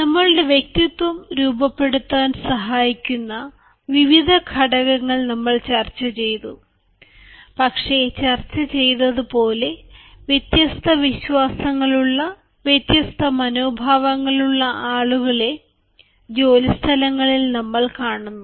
നമ്മളുടെ വ്യക്തിത്വം രൂപപ്പെടുത്താൻ സഹായിക്കുന്ന വിവിധ ഘടകങ്ങൾ നമ്മൾ ചർച്ചചെയ്തു പക്ഷേ ചർച്ച ചെയ്തതുപോലെ വ്യത്യസ്ത വിശ്വാസങ്ങളുള്ള വ്യത്യസ്ത മനോഭാവമുള്ള ആളുകളെ ജോലിസ്ഥലങ്ങളിൽ നമ്മൾ കാണുന്നു